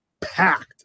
packed